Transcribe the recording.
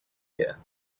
ear